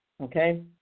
Okay